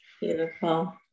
Beautiful